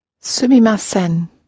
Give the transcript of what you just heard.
Sumimasen